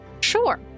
Sure